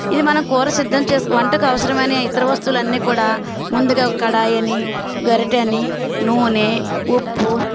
ఇది మనం కూర సిద్ధం చేసుకు వంటకు అవసరమైన ఇతర వస్తువులు అన్నీ కూడా ముందుగా కడాయిని గరిటెని నూనె ఉప్పు